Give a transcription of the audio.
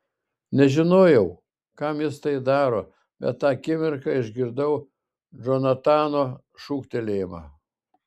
nežinojau kam jis tai daro bet tą akimirką išgirdau džonatano šūktelėjimą